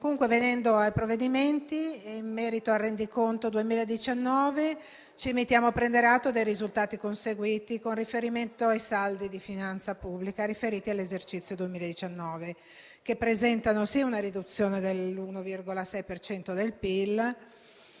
Venendo ai provvedimenti, in merito al rendiconto 2019, ci limitiamo a prendere atto dei risultati conseguiti con riferimento ai saldi di finanza pubblica riferiti all'esercizio 2019, che presentano sia una riduzione del 1,6 per